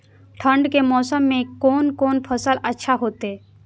ठंड के मौसम में कोन कोन फसल अच्छा होते?